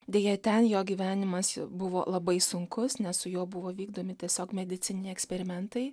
deja ten jo gyvenimas buvo labai sunkus nes su juo buvo vykdomi tiesiog medicininiai eksperimentai